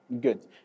Good